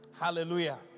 Hallelujah